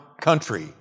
country